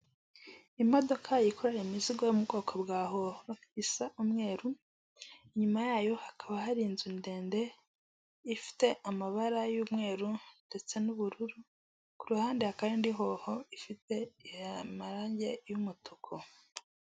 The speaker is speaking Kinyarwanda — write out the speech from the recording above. Imodoka yikoreye imizigo yo mu bwoko bwa hoho isa umweru, inyuma yayo hakaba hari inzu ndende ifite amabara y'umweru ndetse n'ubururu ku hande hakaba hari indi hoho ifite amarange y'umutuku.